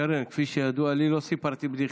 קרן, כפי שידוע לי, לא סיפרתי בדיחה.